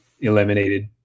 eliminated